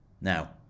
Now